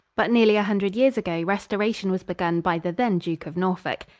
but nearly a hundred years ago restoration was begun by the then duke of norfolk.